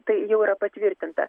tai jau yra patvirtinta